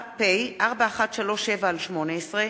התשע"ב 2012,